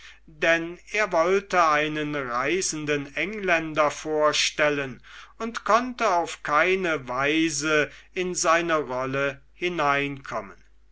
denn er wollte einen reisenden engländer vorstellen und konnte auf keine weise in seine rolle hineinkommen